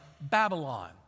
Babylon